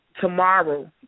tomorrow